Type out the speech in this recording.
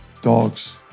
Dogs